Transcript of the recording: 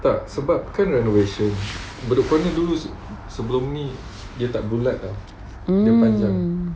mm